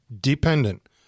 dependent